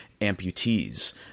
amputees